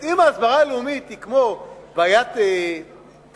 אם ההסברה הלאומית היא כמו בעיית פנים,